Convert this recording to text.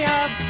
up